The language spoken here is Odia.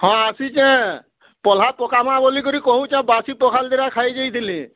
ହଁ ଆସିଛେଁ ପଲ୍ହା ପକାମା ବୋଲି କିରି କହୁଛେଁ ବାସି ପଖାଲ୍ ଦିଟା ଖାଇଯାଇଥିଲି